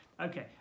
okay